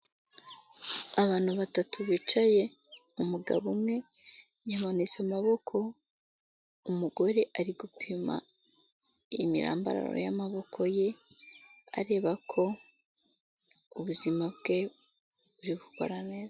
Abantu batatu bicaye, umugabo umwe yamanitse amaboko, umugore ari gupima imirambararo y'amaboko ye, areba ko ubuzima bwe buri gukora neza.